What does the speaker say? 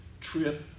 trip